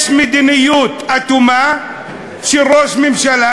יש מדיניות אטומה של ראש ממשלה,